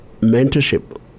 mentorship